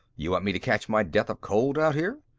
you want me to catch my death of cold out here?